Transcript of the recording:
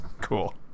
Cool